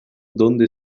donde